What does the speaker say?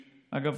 אגב,